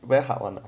very hard [one] lah